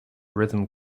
rhythm